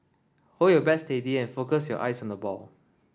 hold your bat steady and focus your eyes on the ball